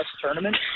tournament